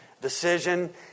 decision